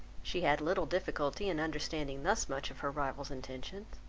she had little difficulty in understanding thus much of her rival's intentions,